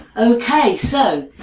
ok so,